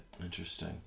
Interesting